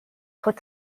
trop